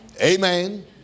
Amen